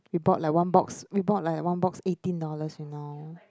we bought like one box we bought like one box eighteen dollars you know